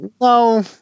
no